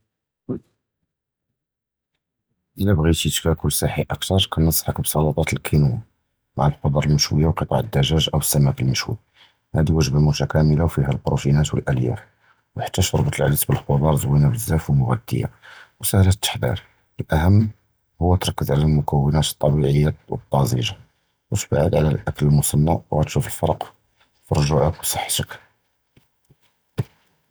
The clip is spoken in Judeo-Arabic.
אִלַא בְּغִיתִי תָּאָכֵל צְחִי מְעוּת קִנְנַצַּחְכּ בְּסַלַטָה דִיַּל אִל-קִינוּאַ, מַעַ אִל-חֻ'דְר אִל-מְשִויָּה וּקְטַע אִל-דַּגַ'א אוּ אִל-סַמַּכּ אִל-מְשִויּ, הַדִּי הַוַּגְבָּה אִל-מֻתְקַאמְלָה פִיהַא אִל-בְּרוּטִינָאט וְאִל-אַלִיָאף, חַתִּי שְרְבַּת אִל-עַדַס וְאִל-חֻ'דְר זְווִינָה בְּזַאפ וּמֻغְזִיָּה וּסְהִילָה אִל-תַּחְדִיר, הַאֻחַּם הִי תִרְכִּיז עַלַהָא אִל-מֻכּוּונָאת אַטְטַבִיעִיָּה וְאִט-טַאזְ'גָה, וְתִבְעִיד עַלַהָא אִל-אָכְל אִל-מֻסְנַע וְגַתִּשּוּף אֶל-פֶרְק פִי רְגּוּעְכּ וְסַחְתְכּ.